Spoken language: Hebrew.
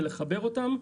ולחבר אותם,